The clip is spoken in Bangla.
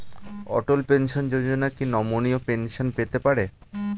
অটল পেনশন যোজনা কি নমনীয় পেনশন পেতে পারে?